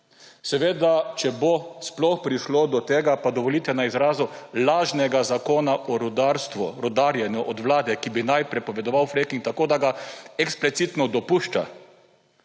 Seveda, če bo sploh prišlo do tega, pa dovolite na izrazu, lažnega zakona o rudarstvu, rudarjenju od Vlade, ki bi naj prepovedoval fracking tako, da ga eksplicitno dopušča,